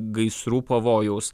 gaisrų pavojaus